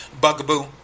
Bugaboo